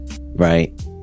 right